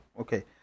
Okay